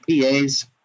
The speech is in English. PAs